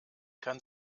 kann